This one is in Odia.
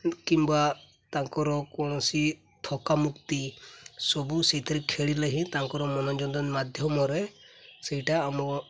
କିମ୍ବା ତାଙ୍କର କୌଣସି ଥକା ମୁକ୍ତି ସବୁ ସେଇଥିରେ ଖେଳିଲେ ହିଁ ତାଙ୍କର ମନୋରଞ୍ଜନ ମାଧ୍ୟମରେ ସେଇଟା ଆମ